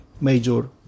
major